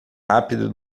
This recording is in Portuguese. rápido